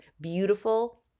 beautiful